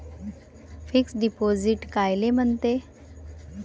Fix deposit कायले म्हनते?